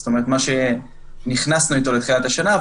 זאת אומרת מה שנכנסנו איתו לתחילת השנה,